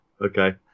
okay